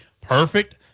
Perfect